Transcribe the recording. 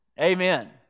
Amen